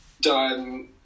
done